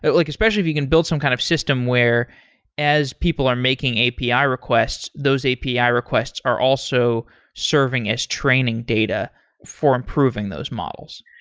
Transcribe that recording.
but like especially if you can build some kind of system where as people are making api ah requests, those api requests are also serving as training data for improving those models.